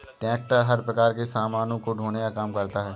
tractor हर प्रकार के सामानों को ढोने का काम करता है